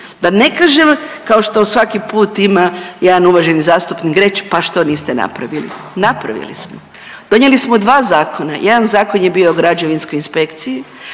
da ne kažem kao što svaki put ima jedan uvaženi zastupnik reći, pa što niste napravili. Napravili smo, donijeli smo dva zakona. Jedan zakon je bio o građevinskoj inspekciji,